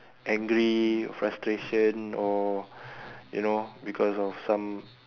angry frustration or you know because of some